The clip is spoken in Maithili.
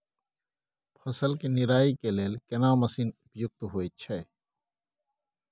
फसल के निराई के लेल केना मसीन उपयुक्त होयत छै?